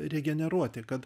regeneruoti kad